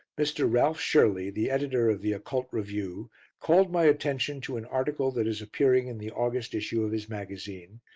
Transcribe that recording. mr. ralph shirley, the editor of the occult review called my attention to an article that is appearing in the august issue of his magazine,